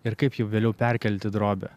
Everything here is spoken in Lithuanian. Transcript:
ir kaip jį vėliau perkelt į drobę